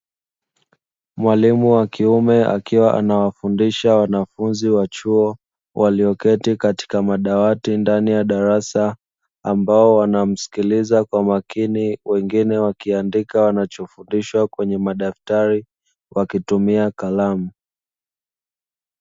Mwalimu wa kiume, akiwa anawafundisha wanafunzi wa chuo walioketi katika madawati ndani ya darasa, ambao wanamsikiliza kwa makini, wengine wakiandika wanachofundishwa kwenye madaftari wakitumia kalamu.